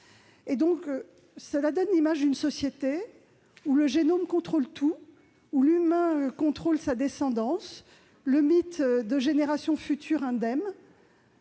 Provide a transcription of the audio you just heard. bien. Cela donne l'image d'une société où le génome détermine tout, où l'humain contrôle sa descendance. C'est le mythe de générations futures indemnes.